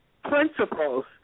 principles